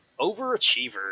Overachiever